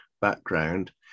background